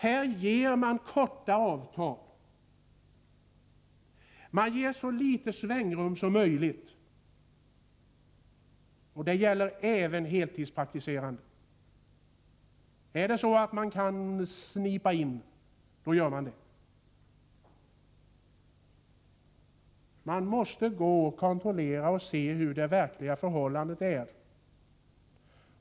Man träffar korta avtal och ger så litet svängrum som möjligt. Det gäller även för heltidspraktiserande läkare. Om man kan ”snipa in” gör man det. Vi måste kontrollera hur det verkliga förhållandet är.